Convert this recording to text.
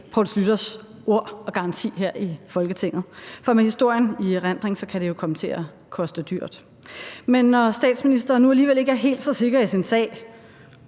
Poul Schlüters ord og garanti her i Folketinget. For med historien i erindring kan det jo komme til at koste dyrt. Men når statsministeren nu alligevel ikke er helt så sikker i sin sag